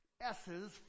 s's